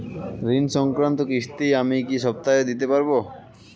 ঋণ সংক্রান্ত কিস্তি আমি কি সপ্তাহে দিতে পারবো?